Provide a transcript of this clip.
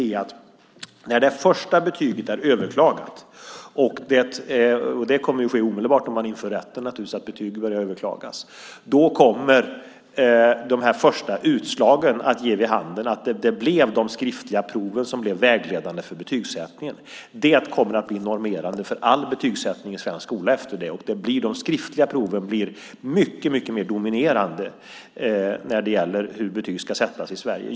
Om man inför den här rätten kommer naturligtvis betyg omedelbart att börja överklagas. Då kommer de första utslagen att ge vid handen att det är de skriftliga proven som blir vägledande för betygssättningen. Det kommer att bli normerande för all betygssättning i svensk skola efter det. De skriftliga proven blir mycket mer dominerande när det gäller hur betyg ska sättas i Sverige.